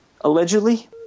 allegedly